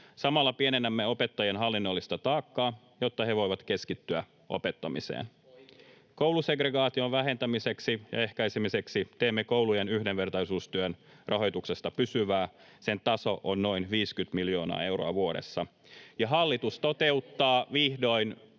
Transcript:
Samalla pienennämme opettajien hallinnollista taakkaa, jotta he voivat keskittyä opettamiseen. Koulusegregaation vähentämiseksi ja ehkäisemiseksi teemme koulujen yhdenvertaisuustyön rahoituksesta pysyvää. Sen taso on noin 50 miljoonaa euroa vuodessa. [Miapetra Kumpula-Natrin